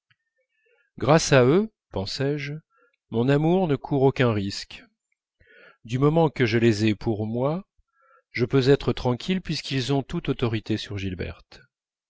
grâce à eux pensais-je mon amour ne court aucun risque du moment que je les ai pour moi je peux être tranquille puisqu'ils ont toute autorité sur gilberte